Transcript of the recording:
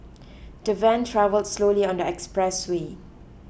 the van travelled slowly on the expressway